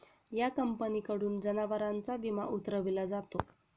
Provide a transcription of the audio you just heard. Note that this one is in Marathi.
या कंपनीकडून जनावरांचा विमा उतरविला जातो